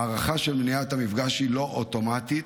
ההארכה של מניעת המפגש היא לא אוטומטית,